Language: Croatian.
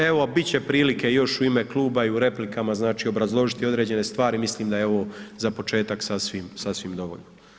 Evo, bit će prilike još u ime kluba i u replikama znači obrazložiti određene stvari, mislim da je ovo za početak, sasvim, sasvim dovoljno.